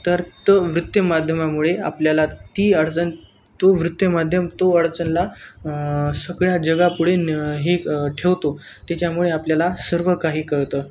तर तो वृत्त माध्यमामुळे आपल्याला ती अडचण तो वृत्त माध्यम तो अडचनला सगळ्या जगापुढे न हे ठेवतो त्याच्यामुळे आपल्याला सर्व काही कळतं